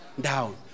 down